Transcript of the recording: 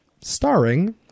Starring